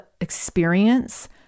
experience